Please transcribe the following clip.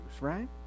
right